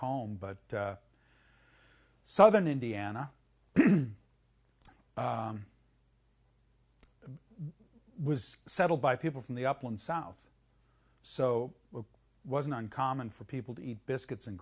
home but southern indiana was settled by people from the upland south so it wasn't uncommon for people to eat biscuits and